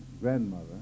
grandmother